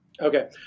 Okay